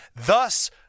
Thus